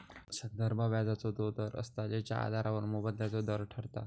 संदर्भ व्याजाचो तो दर असता जेच्या आधारावर मोबदल्याचो दर ठरता